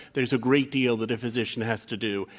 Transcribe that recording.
there's a great deal that a physician has to do.